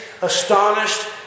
Astonished